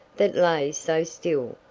that lay so still.